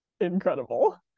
Incredible